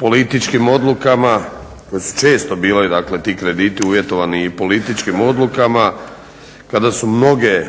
političkim odlukama koje su često bile ti krediti uvjetovani političkim odlukama, kada su mnoge